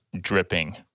dripping